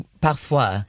Parfois